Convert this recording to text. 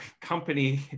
company